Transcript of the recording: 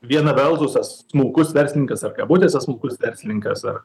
viena veldusas smulkus verslininkas ar kabutėse smulkus verslininkas ar